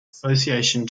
association